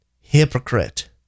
hypocrite